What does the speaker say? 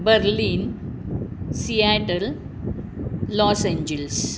Berlin seattle Los Angeles